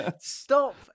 Stop